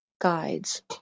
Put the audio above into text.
Guides